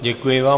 Děkuji vám.